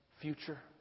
future